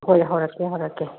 ꯍꯣꯏ ꯍꯧꯔꯛꯀꯦ ꯍꯧꯔꯛꯀꯀꯦ